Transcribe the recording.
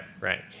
right